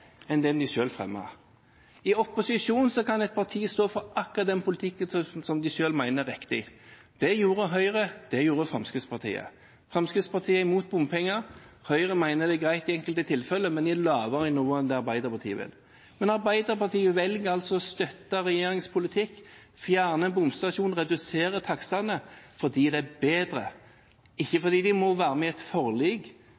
enn den de selv fremmet. I opposisjon kan et parti stå for akkurat den politikken som det selv mener er riktig. Det gjorde Høyre – det gjorde Fremskrittspartiet. Fremskrittspartiet er imot bompenger. Høyre mener det er greit i enkelte tilfeller, men vil ha lavere takster enn det Arbeiderpartiet vil. Men Arbeiderpartiet velger altså å støtte regjeringens politikk, fjerne bomstasjonene og redusere takstene fordi det er bedre – ikke